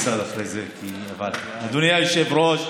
אדוני היושב-ראש,